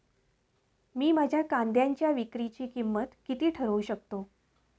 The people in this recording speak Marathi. मी माझ्या कांद्यांच्या विक्रीची किंमत किती ठरवू शकतो?